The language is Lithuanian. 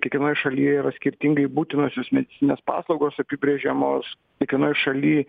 kiekvienoj šaly yra skirtingai būtinosios medicininės paslaugos apibrėžiamos kiekvienoj šaly